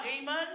amen